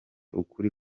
ukuri